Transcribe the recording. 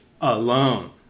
alone